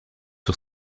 sur